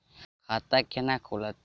खाता केना खुलत?